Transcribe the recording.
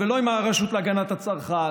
הרשות להגנת הצרכן.